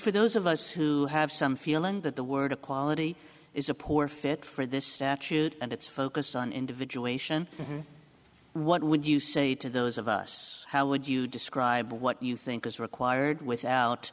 for those of us who have some feeling that the word equality is a poor fit for this statute and its focus on individual nation what would you say to those of us how would you describe what you think is required without